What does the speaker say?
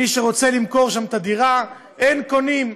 מי שרוצה למכור שם את הדירה, אין קונים.